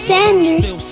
Sanders